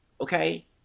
Okay